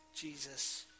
Jesus